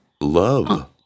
Love